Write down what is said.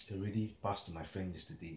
already pass to my friend yesterday